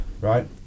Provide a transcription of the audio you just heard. Right